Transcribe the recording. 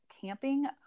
camping